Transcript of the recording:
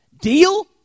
Deal